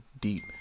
deep